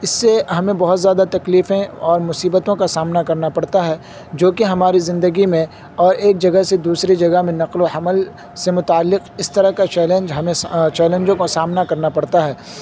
اس سے ہمیں بہت زیادہ تکلیفیں اور مصیبتوں کا سامنا کرنا پڑتا ہے جو کہ ہماری زندگی میں اور ایک جگہ سے دوسری جگہ میں نقل و حمل سے متعلق اس طرح کا چیلنجوں کا سامنا کرنا پڑتا ہے